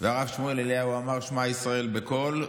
והרב שמואל אליהו אמר שמע ישראל בקול,